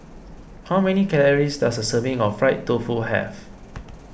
how many calories does a serving of Fried Tofu have